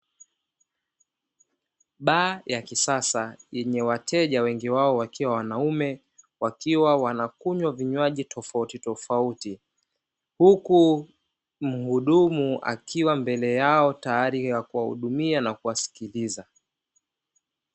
Baa ya kisasa yenye wateja wengi wakiwa wanaume, wakiwa wanakunywa vinywaji tofautitofauti, huku mhudumu akiwa mbele yao tayari kwa kuwahudumia na kuwasikiliza.